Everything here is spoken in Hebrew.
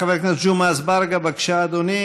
חבר הכנסת ג'מעה אזברגה, בבקשה, אדוני.